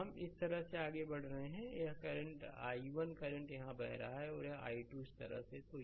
तो हम इस तरह से आगे बढ़ रहे हैं यह i1 करंट यहाँ बह रहा है और यहाँ i2 इस तरह है